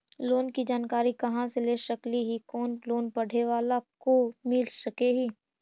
Loan की जानकारी कहा से ले सकली ही, कोन लोन पढ़े बाला को मिल सके ही?